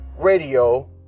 Radio